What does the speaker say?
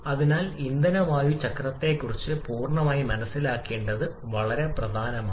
അതിനാൽ അത് ഇന്ധന വായു ചക്രത്തെക്കുറിച്ച് പൂർണ്ണമായി മനസ്സിലാക്കേണ്ടത് വളരെ പ്രധാനമാണ്